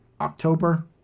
October